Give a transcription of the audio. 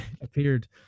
appeared